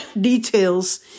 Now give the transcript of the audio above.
details